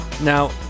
Now